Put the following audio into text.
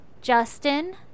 justin